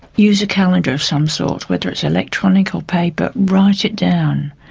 use a calendar of some sort, whether it's electronic or paper, write it down.